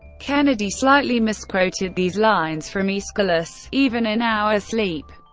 kennedy slightly misquoted these lines from aeschylus even in our sleep,